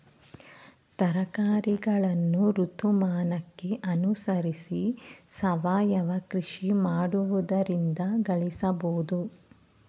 ತರಕಾರಿಗಳನ್ನು ಋತುಮಾನಕ್ಕೆ ಅನುಸರಿಸಿ ಸಾವಯವ ಕೃಷಿ ಮಾಡುವುದರಿಂದ ಗಳಿಸಬೋದು